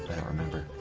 i remember